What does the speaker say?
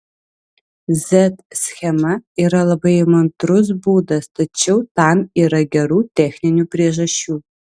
z schema yra labai įmantrus būdas tačiau tam yra gerų techninių priežasčių